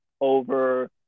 over